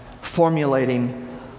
formulating